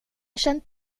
känt